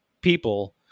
people